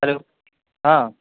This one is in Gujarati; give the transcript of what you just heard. હેલ્લો હા